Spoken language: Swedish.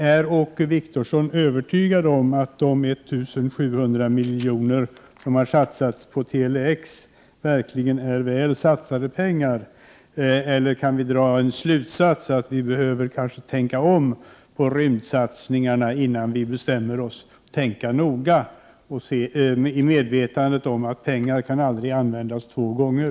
Är Åke Wictorsson övertygad om att de 1 700 milj.kr. som har satsats på Tele-X verkligen är väl satsade pengar, eller skall vi dra den slutsatsen att vi kanske behöver tänka om när det gäller rymdsatsningarna innan vi bestämmer oss, i medvetande om att pengar aldrig kan användas två gånger?